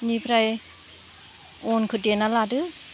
बेनिफ्राय अनखौ देना लादो